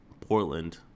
Portland